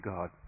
God